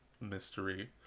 mystery